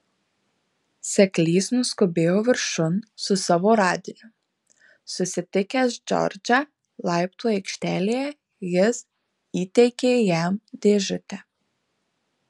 seklys nuskubėjo viršun su savo radiniu susitikęs džordžą laiptų aikštelėje jis įteikė jam dėžutę